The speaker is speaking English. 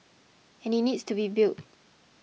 and it needs to be built